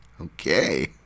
Okay